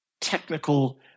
technical